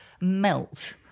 melt